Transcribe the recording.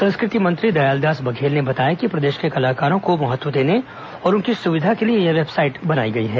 संस्कृति मंत्री दयालदास बघेल ने बताया कि प्रदेश के कलाकारों को महत्व देने और उनकी सुविधा के लिए यह वेबसाइट बनाई गई है